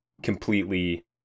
completely